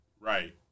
Right